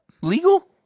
legal